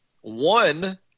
one